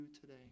today